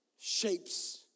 shapes